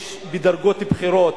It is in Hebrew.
יש בדרגות בכירות,